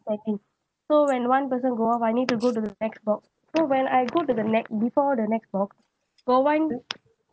standing so when one person go off I need to go to the next box so when I go to the next before the next box got one